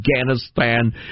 Afghanistan